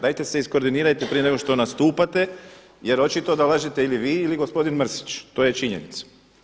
Dajte se iskoordinirajte prije nego što nastupate, jer očito da lažete ili vi ili gospodin Mrsić to je činjenica.